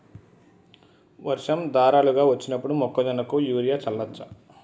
వర్షం ధారలుగా వచ్చినప్పుడు మొక్కజొన్న కు యూరియా చల్లచ్చా?